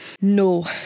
no